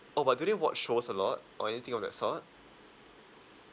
oh but do they watch shows a lot or anything of that sort